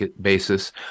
basis